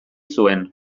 zuen